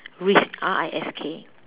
risk R I S K